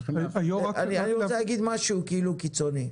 אני רוצה להגיד משהו כאילו, קיצוני.